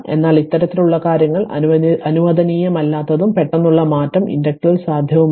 എന്നാൽ ഇത്തരത്തിലുള്ള കാര്യങ്ങൾ അനുവദനീയമല്ലാത്തതും പെട്ടെന്നുള്ള മാറ്റം ഇൻഡക്റ്ററിൽ സാധ്യമല്ല